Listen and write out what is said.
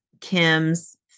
Kim's